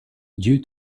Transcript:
due